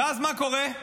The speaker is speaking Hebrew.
ומה קורה אז?